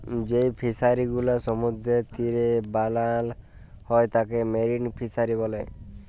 যেই ফিশারি গুলো সমুদ্রের তীরে বানাল হ্যয় তাকে মেরিন ফিসারী ব্যলে